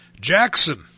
Jackson